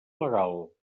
legal